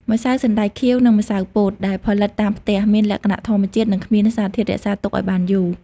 ម្សៅសណ្តែកខៀវ និងម្សៅពោតដែលផលិតតាមផ្ទះ មានលក្ខណៈធម្មជាតិ និងគ្មានសារធាតុរក្សាទុកឱ្យបានយូរ។